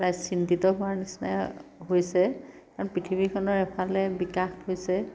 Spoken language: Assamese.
প্ৰায় চিন্তিত হোৱাৰ নিচিনাই হৈছে কাৰণ পৃথিৱীখনৰ এফালে বিকাশ হৈছে